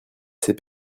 c’est